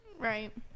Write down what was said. right